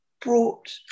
brought